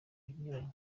inyuranye